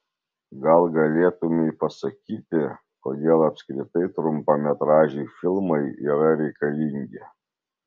gal galėtumei pasakyti kodėl apskritai trumpametražiai filmai yra reikalingi